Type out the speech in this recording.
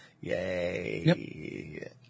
Yay